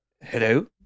Hello